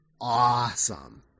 awesome